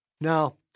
No